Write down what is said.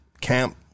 camp